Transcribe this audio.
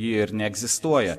ji ir neegzistuoja